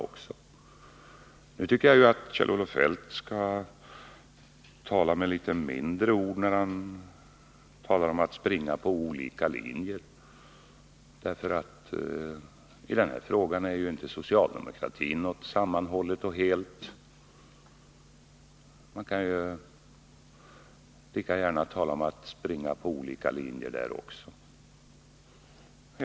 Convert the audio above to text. Jag tycker att Kjell-Olof Feldt skall tala litet tystare om att springa på olika linjer. I denna fråga är ju socialdemokratin inte någonting sammanhållet och helt. Man kan lika gärna tala om att springa på olika linjer när det gäller socialdemokraterna.